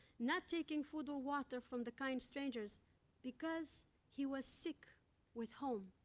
not taking food or water from the kind strangers because he was sick with home.